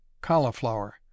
cauliflower